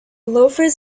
loafers